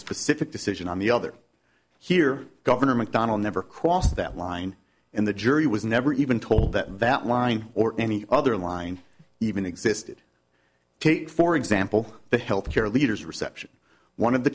decision on the other here governor mcdonnell never crossed that line in the jury was never even told that that line or any other line even existed take for example the health care leaders reception one of the